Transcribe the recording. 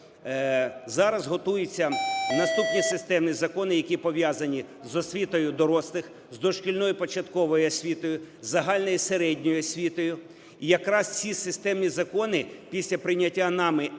Зараз готуються наступні системні закони, які пов'язані з освітою дорослих, з дошкільною початковою освітою, з загальною середньою освітою. Якраз ці системні закони після прийняття нами рік